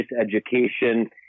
education